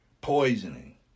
poisoning